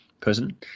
person